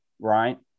right